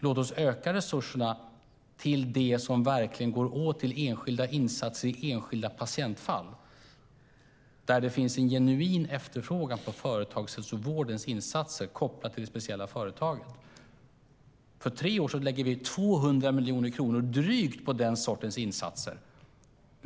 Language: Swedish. Låt oss öka resurserna till det som verkligen går åt till enskilda insatser i enskilda patientfall där det finns en genuin efterfrågan på företagshälsovårdens insatser kopplat till det speciella företaget. På tre år lägger vi drygt 200 miljoner på den sortens insatser.